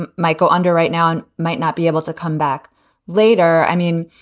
and michael under right now might not be able to come back later. i mean,